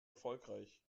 erfolgreich